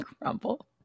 crumble